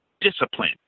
discipline